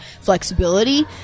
flexibility